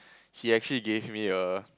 he actually gave me a